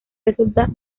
resulta